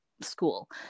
School